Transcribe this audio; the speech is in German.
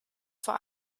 vor